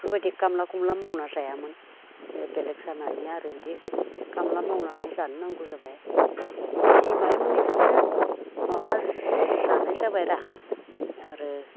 बेफोरबायदि कामला कुमला मावना जायामोन बेलेग जानानै आरो बिदि कामला मावनानै जानो नांगौ जाबाय जिखौनो मोनो बेखौनो मावनानै जानाय जाबाय दा आरो